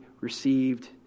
received